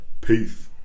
peace